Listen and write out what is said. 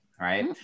right